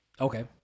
Okay